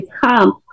come